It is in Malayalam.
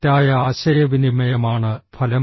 തെറ്റായ ആശയവിനിമയമാണ് ഫലം